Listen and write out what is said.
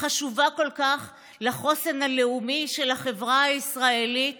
החשובה כל כך לחוסן הלאומי של החברה הישראלית